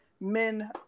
men